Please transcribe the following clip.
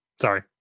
Sorry